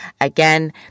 Again